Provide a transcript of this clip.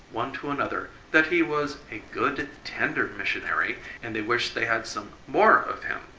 one to another, that he was a good tender missionary, and they wished they had some more of him.